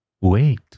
Wait